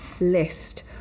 list